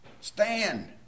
Stand